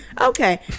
Okay